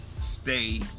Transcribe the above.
stay